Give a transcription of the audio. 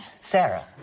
Sarah